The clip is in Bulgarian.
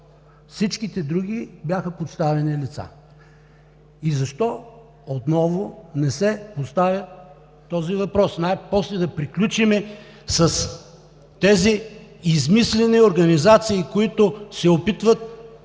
Всички други бяха подставени лица. И защо отново не се поставя този въпрос? Най-после да приключим с тези измислени организации, които се опитват